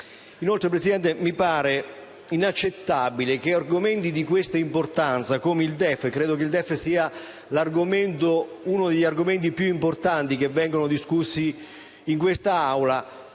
Inoltre, Presidente, mi pare inaccettabile che argomenti di questa importanza come il DEF (credo che il DEF sia uno degli argomenti più importanti che vengono discussi in quest'Aula)